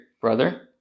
brother